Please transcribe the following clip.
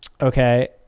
okay